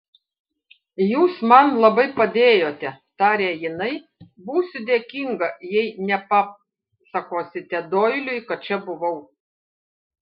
jūs man labai padėjote tarė jinai būsiu dėkinga jei nepasakosite doiliui kad čia buvau